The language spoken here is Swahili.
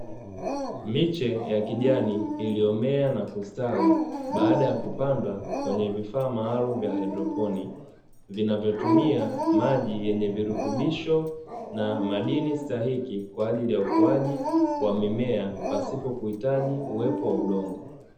Miche ya kijani iliyomea na kustawi baada ya kupandwa kwenye vifaa maalumu vya haidroponi, vinavyotumia maji yenye virutubisho na madini stahiki kwa ajili ya ukuaji wa mimea pasipo kuhitaji uwepo wa udongo.